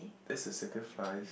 this is circle five